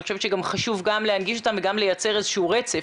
אני חושבת שחשוב גם להנגיש אותם וגם לייצר איזשהו רצף,